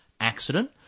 accident